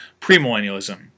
premillennialism